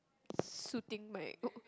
suiting my